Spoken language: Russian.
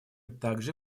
также